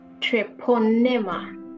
treponema